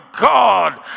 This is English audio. God